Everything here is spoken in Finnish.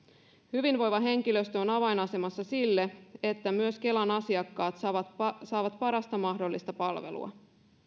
hyvinvoiva henkilöstö on avainasemassa sille että myös kelan asiakkaat saavat saavat parasta mahdollista palvelua